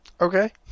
Okay